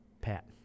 Pat